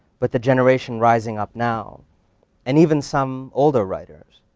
but the generation rising up now and even some older writers,